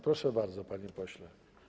Proszę bardzo, panie pośle.